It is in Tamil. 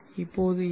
இப்போது எல்